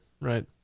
right